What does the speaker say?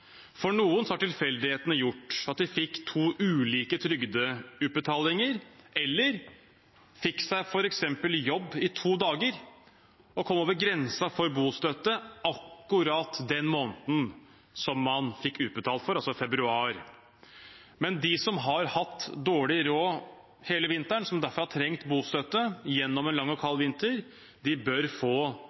For noen har tilfeldighetene gjort at de fikk to ulike trygdeutbetalinger eller fikk seg f.eks. jobb i to dager og kom over grensen for bostøtte akkurat den måneden som man fikk utbetalt for, altså februar. Men de som har hatt dårlig råd hele vinteren og derfor har trengt bostøtte gjennom en lang og kald vinter, bør få